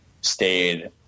stayed